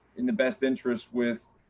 in the best interest with